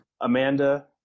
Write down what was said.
Amanda